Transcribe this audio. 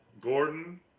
Gordon